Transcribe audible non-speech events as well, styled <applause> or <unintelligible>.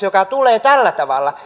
<unintelligible> joka tulee tällä tavalla